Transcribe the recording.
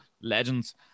legends